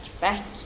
back